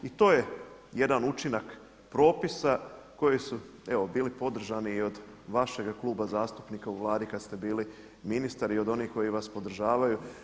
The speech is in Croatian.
I to je jedan učinak propisa koji su evo bili podržani i od vašeg kluba zastupnika u Vladi kad ste bili ministar i od onih koji vas podržavaju.